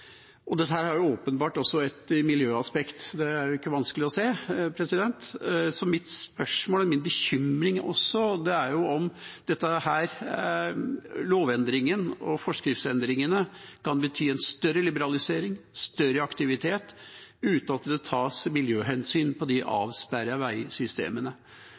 åpenbart også et miljøaspekt, det er det ikke vanskelig å se. Så mitt spørsmål, min bekymring også, er om lovendringen og forskriftsendringene kan bety en større liberalisering, større aktivitet, uten at det tas miljøhensyn på de avsperrede veisystemene.